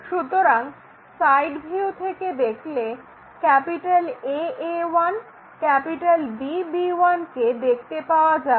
সুতরাং side view থেকে দেখলে AA1 BB1 দেখতে পাওয়া যাবে